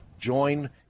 Join